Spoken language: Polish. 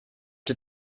czy